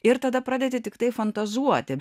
ir tada pradedi tiktai fantazuoti